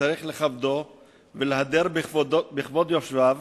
שצריך לכבדו ולהדר בכבוד יושביו,